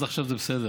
עד עכשיו זה בסדר.